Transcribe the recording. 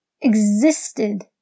existed